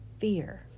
fear